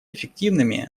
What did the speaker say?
эффективными